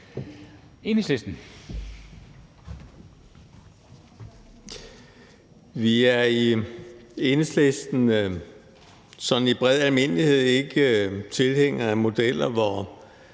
Sølvhøj (EL): Vi er i Enhedslisten i bred almindelighed ikke tilhængere af modeller, hvor